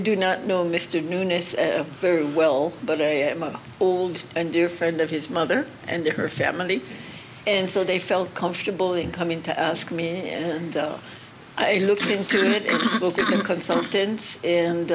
do not know mr newness very well but i am an old and dear friend of his mother and her family and so they felt comfortable in coming to ask me and i looked into the consultants